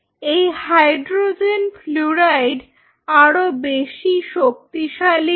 এই hydrogen fluoride আরো বেশি শক্তিশালী হয়